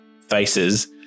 faces